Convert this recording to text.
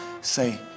say